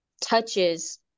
touches